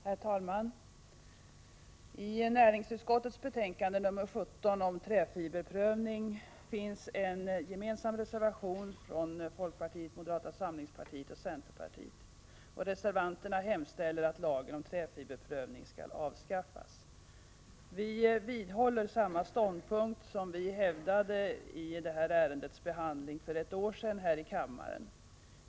Herr talman! I näringsutskottets betänkande nr 17 om träfiberprövning finns en gemensam reservation från folkpartiet, moderata samlingspartiet och centerpartiet. Reservanterna hemställer att lagen om träfiberprövning skall avskaffas. Vi vidhåller samma ståndpunkt som vi hävdade vid detta ärendes behandling för ett år sedan här i kammaren.